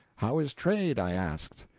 how is trade? i asked.